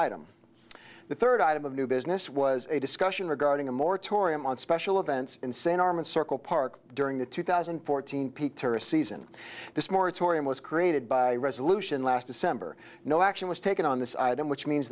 i'm the third item of new business was a discussion regarding a moratorium on special events in san armin circle park during the two thousand and fourteen peak tourist season this moratorium was created by a resolution last december no action was taken on this item which means